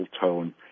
tone